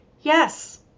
yes